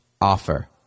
offer